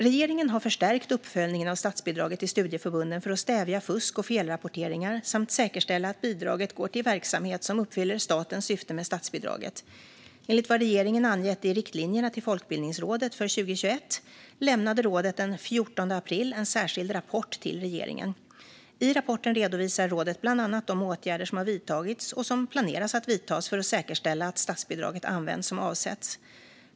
Regeringen har förstärkt uppföljningen av statsbidraget till studieförbunden för att stävja fusk och felrapporteringar samt säkerställa att bidraget går till verksamhet som uppfyller statens syften med statsbidraget. I enlighet med vad regeringen angett i riktlinjerna till Folkbildningsrådet för 2021 lämnade rådet den 14 april en särskild rapport till regeringen. I rapporten redovisar rådet bland annat de åtgärder som har vidtagits och som planeras att vidtas för att säkerställa att statsbidraget används som avsetts.